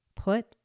Put